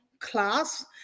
class